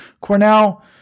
Cornell